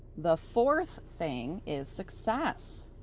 the fourth thing is success.